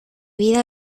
vida